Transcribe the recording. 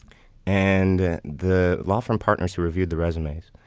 and the law firm partners who reviewed the resumes,